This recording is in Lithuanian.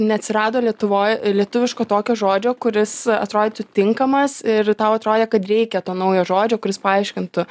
neatsirado lietuvoj ir lietuviško tokio žodžio kuris atrodytų tinkamas ir tau atrodė kad reikia to naujo žodžio kuris paaiškintų